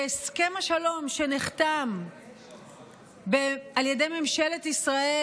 והסכם השלום שנחתם על ידי ממשלת ישראל